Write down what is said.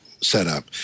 setup